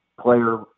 player